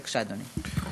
בבקשה, אדוני.